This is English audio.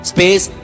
Space